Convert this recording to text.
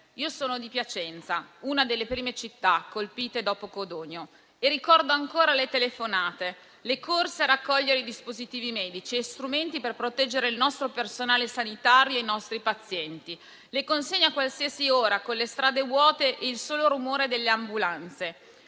Io sono di Piacenza, una delle prime città colpite dopo Codogno, e ricordo ancora le telefonate, le corse a raccogliere i dispositivi medici e gli strumenti per proteggere il nostro personale sanitario e i nostri pazienti. Ricordo le consegne a qualsiasi ora con le strade vuote, il solo rumore delle ambulanze.